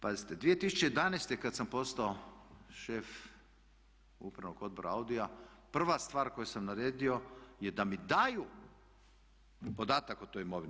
Pazite, 2011. kad sam postao šef Upravnog odbora AUDI-a prva stvar koju sam naredio je da mi daju podatak o toj imovini.